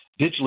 digitally